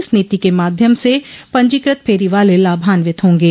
इस नीति के माध्यम से पंजीकृत फेरी वाले लाभान्वित होंगे